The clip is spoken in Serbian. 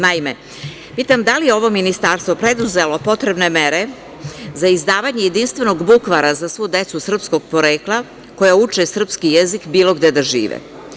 Naime, pitam da li je ovo ministarstvo preduzelo potrebne mere za izdavanje jedinstvenog bukvara za svu decu srpskog porekla koja uče srpski jezik bilo gde da žive?